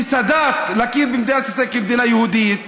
מסאדאת להכיר במדינת ישראל כמדינה יהודית?